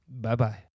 Bye-bye